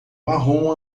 marrom